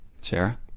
sarah